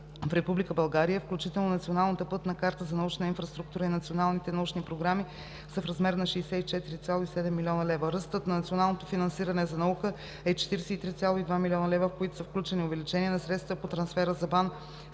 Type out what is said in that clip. в Република България, включително Националната пътна карта за научна инфраструктура и национални научни програми, са в размер на 64,7 млн. лв. Ръстът на националното финансиране за наука е 43,2 млн. лв., в които са включени увеличение на средствата по трансфера за